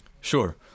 Sure